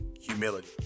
humility